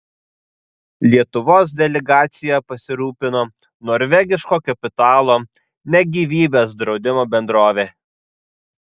lietuvos delegacija pasirūpino norvegiško kapitalo ne gyvybės draudimo bendrovė